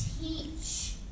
teach